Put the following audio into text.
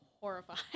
horrified